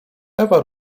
ewa